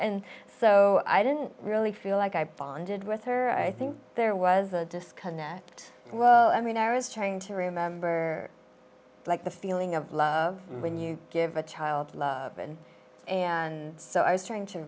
and so i didn't really feel like i bonded with her i think there was a disconnect i mean i was trying to remember like the feeling of love when you give a child love and and so i was trying to